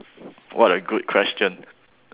what a good question